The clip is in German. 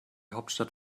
hauptstadt